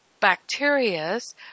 bacterias